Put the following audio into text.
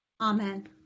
amen